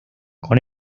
con